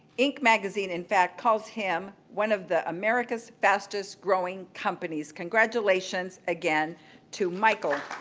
ink magazine, in fact, calls him one of the america's fastest growing companies. congratulations again to michael.